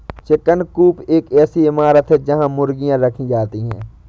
chicken coop एक ऐसी इमारत है जहां मुर्गियां रखी जाती हैं